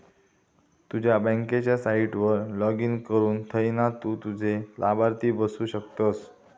तुझ्या बँकेच्या साईटवर लाॅगिन करुन थयना तु तुझे लाभार्थी बघु शकतस